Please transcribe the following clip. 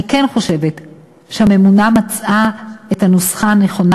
אני כן חושבת שהממונה מצאה את הנוסחה הנכונה,